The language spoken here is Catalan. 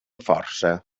força